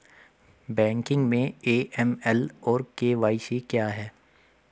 Banking में AML और KYC क्या हैं?